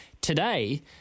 Today